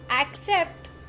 accept